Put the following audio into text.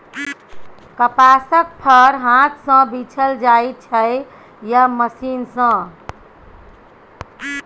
कपासक फर हाथ सँ बीछल जाइ छै या मशीन सँ